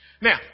Now